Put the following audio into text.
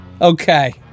Okay